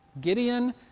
Gideon